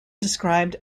described